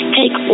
take